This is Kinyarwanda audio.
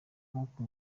nkuko